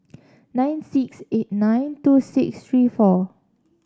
nine six eight nine two six three four